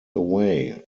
away